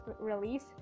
release